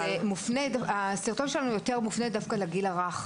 הסרטון שלנו מופנה יותר לגיל הרך,